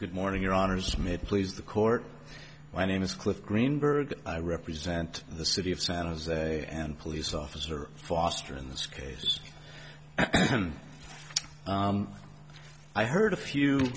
good morning your honor smith please the court my name is cliff greenberg i represent the city of san jose and police officer foster in this case when i heard a few